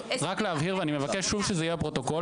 ואני מבקש שוב שזה יהיה בפרוטוקול,